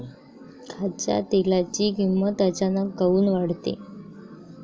खाच्या तेलाची किमत अचानक काऊन वाढते?